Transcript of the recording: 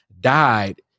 died